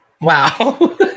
Wow